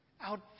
Out